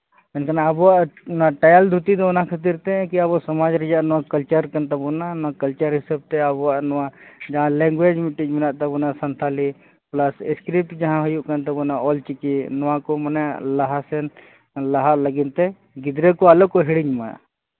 ᱢᱮᱱᱠᱷᱟᱱ ᱟᱵᱚᱣᱟᱜ ᱚᱱᱟ ᱴᱟᱭᱟᱞ ᱫᱷᱩᱛᱤᱫᱚ ᱚᱱᱟ ᱠᱷᱟᱹᱛᱤᱨᱛᱮ ᱠᱤ ᱟᱵᱚ ᱥᱚᱢᱟᱡᱽ ᱨᱮᱱᱟᱜ ᱱᱚᱣᱟ ᱠᱟᱞᱪᱟᱨᱠᱟᱱ ᱛᱟᱵᱚᱱᱟ ᱚᱱᱟ ᱠᱟᱞᱪᱟᱨ ᱦᱤᱥᱟᱹᱵᱽᱛᱮ ᱟᱵᱚᱣᱟᱜ ᱱᱚᱣᱟ ᱡᱟᱦᱟᱸ ᱞᱮᱝᱜᱩᱭᱮᱡᱽ ᱢᱤᱫᱴᱮᱡ ᱢᱮᱱᱟᱜ ᱛᱟᱵᱚᱱᱟ ᱥᱟᱱᱛᱟᱲᱤ ᱯᱞᱟᱥ ᱤᱥᱠᱨᱤᱯᱴ ᱡᱟᱦᱟᱸ ᱦᱩᱭᱩᱜ ᱠᱟᱱ ᱛᱟᱵᱚᱱᱟ ᱚᱞ ᱪᱤᱠᱤ ᱱᱚᱣᱟᱠᱚ ᱢᱟᱱᱮ ᱞᱟᱦᱟᱥᱮᱱ ᱞᱟᱦᱟᱜ ᱞᱟᱹᱜᱤᱫᱛᱮ ᱜᱤᱫᱽᱨᱟᱹᱠᱚ ᱟᱞᱚᱠᱚ ᱦᱤᱲᱤᱧ ᱢᱟ